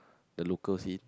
the local scene